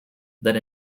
that